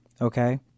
Okay